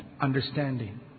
understanding